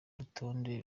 urutonde